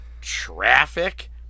traffic